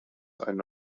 eine